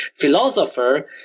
philosopher